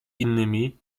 innymi